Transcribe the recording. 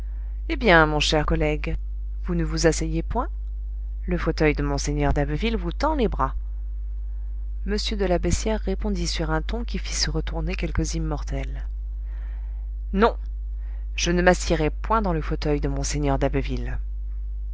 eh bien mon cher collègue vous ne vous asseyez point le fauteuil de mgr d'abbeville vous tend les bras m de la beyssière répondit sur un ton qui fit se retourner quelques immortels non je ne m'assiérai point dans le fauteuil de mgr d'abbeville